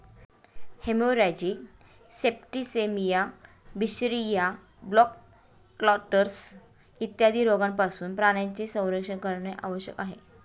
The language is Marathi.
हेमोरॅजिक सेप्टिसेमिया, बिशरिया, ब्लॅक क्वार्टर्स इत्यादी रोगांपासून प्राण्यांचे संरक्षण करणे आवश्यक आहे